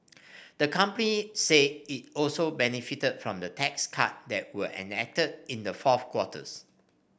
the company said it also benefited from the tax cut that were enacted in the fourth quarters